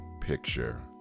picture